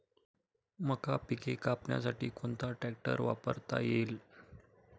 मका पिके कापण्यासाठी कोणता ट्रॅक्टर वापरता येईल?